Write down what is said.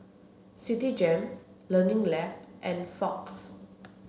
Citigem Learning Lab and Fox